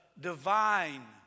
divine